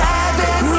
Seven